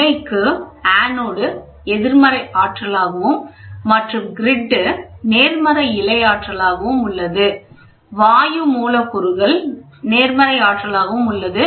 இழைக்கு anode எதிர்மறை ஆற்றலாகவும் மற்றும்கிரிட் நேர்மறை இழை ஆற்றலாகவும் உள்ளது